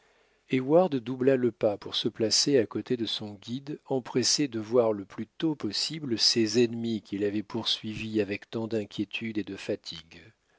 doubla le pas pour se placer à côté de son guide empressé de voir le plus tôt possible ces ennemis qu'il avait poursuivis avec tant d'inquiétude et de fatigue